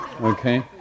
Okay